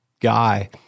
guy